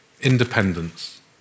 independence